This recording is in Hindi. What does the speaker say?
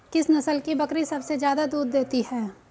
किस नस्ल की बकरी सबसे ज्यादा दूध देती है?